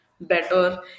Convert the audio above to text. better